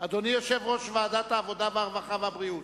יושב-ראש ועדת העבודה, הרווחה והבריאות,